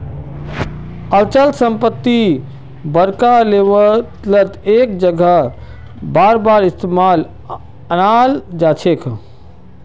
अचल संपत्ति बड़का लेवलत एक जगह बारबार इस्तेमालत अनाल जाछेक